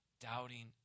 doubting